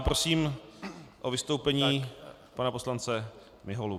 Prosím o vystoupení pana poslance Miholu.